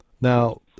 Now